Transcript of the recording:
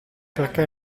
perché